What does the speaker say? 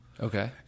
Okay